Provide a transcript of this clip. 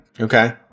Okay